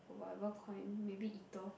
or whatever coin maybe Ether